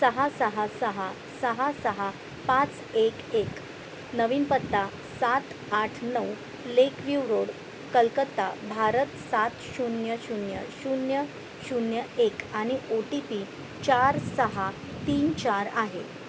सहा सहा सहा सहा सहा पाच एक एक नवीन पत्ता सात आठ नऊ लेकव्यू रोड कलकत्ता भारत सात शून्य शून्य शून्य शून्य एक आणि ओ टी पी चार सहा तीन चार आहे